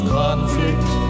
conflict